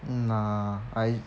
nah I